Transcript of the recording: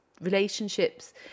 relationships